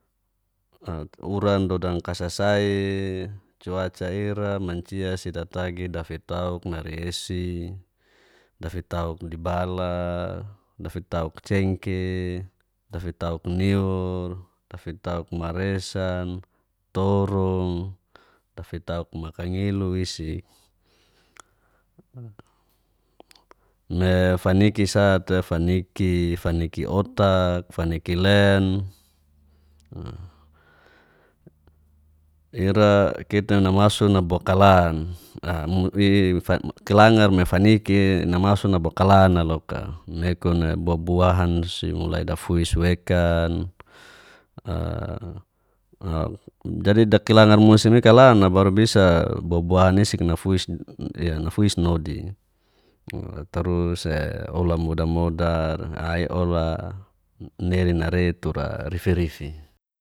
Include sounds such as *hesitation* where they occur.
Urandidan kasasai, cuaca ira mancia si datagi dafitau narei esi dafitau di bala, dafitauk cengke, dafitauk niur, dafitauk maresan. torung, dafitau makangilu isik *hesitation* me faniki sa'te faniki, fanikiotak, fanikilen *hesitation* ira kita namasu nabokalan *hesitation* kilangar me faniki namasuk nabo kaalana loka nekun bubuahan si mulai dafuis wekan jadi kakilangar musim ikalan'a baru bisa bubuahan isik nafuis nafuis nodi tarus ulamodamodar *unintelligible*